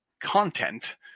content